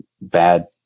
bad